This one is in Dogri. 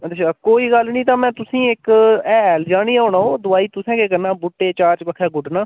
अच्छा कोई गल्ल निं तां में तुसें ई इक हैल जन ई होना ओह् दोआई तुसें केह् करना बूह्टे चार चबक्खेआं गुड्डना